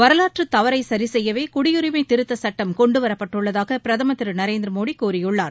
வரலாற்று தவறை சரிசெய்யவே குடியுரிமை திருத்தச்சட்டம் கொண்டுவரப்பட்டுள்ளதாக பிரதமர் திரு நரேந்திர மோடி கூறியுள்ளார்